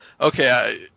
okay